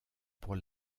pour